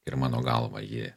ir mano galva ji